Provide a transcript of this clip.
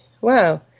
Wow